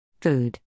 Food